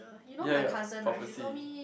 ya ya prophecy